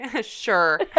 sure